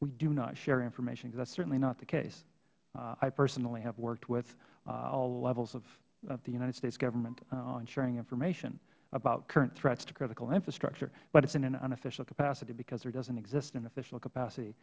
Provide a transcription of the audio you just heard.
we do not share information because that is certainly not the case i personally have worked with all the levels of the united states government on sharing information about current threats to critical infrastructure but it is in an unofficial capacity because there doesn't exist an official capacity